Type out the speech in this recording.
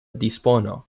dispono